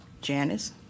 Janice